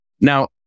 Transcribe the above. Now